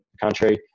country